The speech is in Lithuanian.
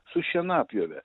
su šienapjove